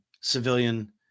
civilian